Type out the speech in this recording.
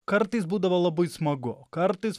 kartais būdavo labai smagu kartais